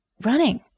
running